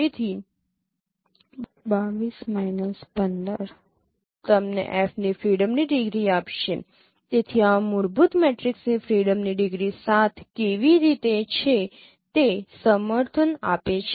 તેથી 22 15 તમને F ની ફ્રીડમ ની ડિગ્રી આપશે તેથી આ મૂળભૂત મેટ્રિક્સની ફ્રીડમ ની ડિગ્રી 7 કેવી રીતે છે તે સમર્થન આપે છે